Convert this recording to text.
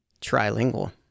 trilingual